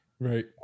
Right